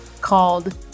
called